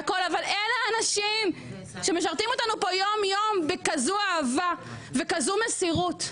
אלה האנשים שמשרתים אותנו כאן יום יום בכזו אהבה ובכזו מסירות.